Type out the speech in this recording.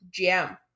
GM